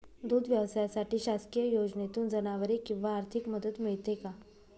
दूध व्यवसायासाठी शासकीय योजनेतून जनावरे किंवा आर्थिक मदत मिळते का?